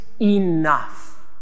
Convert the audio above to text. enough